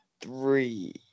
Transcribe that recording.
three